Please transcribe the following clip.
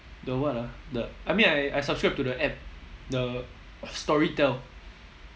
the what ah the I mean I I subscribe to the app the storytel